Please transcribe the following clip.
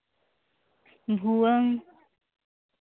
ᱵᱷᱩᱣᱟᱹᱝ